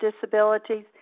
disabilities